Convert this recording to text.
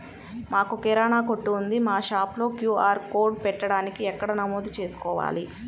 మాకు కిరాణా కొట్టు ఉంది మా షాప్లో క్యూ.ఆర్ కోడ్ పెట్టడానికి ఎక్కడ నమోదు చేసుకోవాలీ?